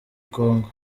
kongo